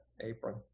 apron